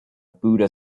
buddha